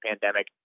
pandemic